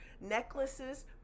necklaces